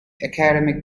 academic